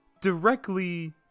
directly